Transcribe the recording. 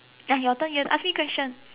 ah your turn you have to ask me question